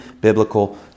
biblical